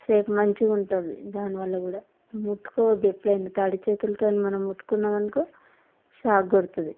safe మంచిగ ఉంటుంది దానివల్ల కూడా ముట్టుకోవద్దు ఎప్పుడయినా తడి చేతులతో మనం ముట్టుకున్నాం అనుకో షాక్ కొడుతుంది